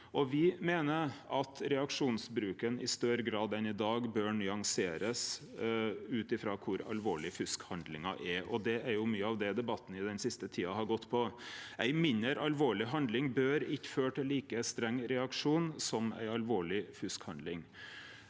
Me meiner at reaksjonsbruken i større grad enn i dag bør nyanserast ut frå kor alvorleg fuskhandlinga er. Det er det mykje av debatten den siste tida har gått ut på. Ei mindre alvorleg handling bør ikkje føre til like streng reaksjon som ei alvorleg fuskhandling.